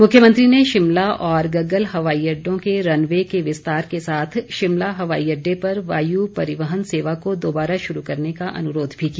मुख्यमंत्री ने शिमला और गम्गल हवाई अड्डों के रन वे के विस्तार के साथ शिमला हवाई अड्डे पर वायु परिवहन सेवा को दोबारा शुरू करने का अनुरोध भी किया